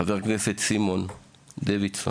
חבר הכנסת סימון דוידסון,